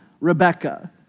Rebecca